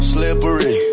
Slippery